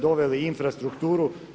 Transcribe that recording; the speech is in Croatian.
Doveli infrastrukturu.